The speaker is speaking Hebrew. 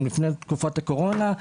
הם לפני תקופת הקורונה.